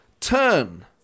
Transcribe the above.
turn